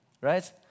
right